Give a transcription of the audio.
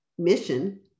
mission